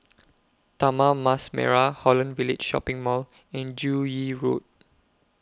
Taman Mas Merah Holland Village Shopping Mall and Joo Yee Road